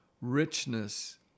richness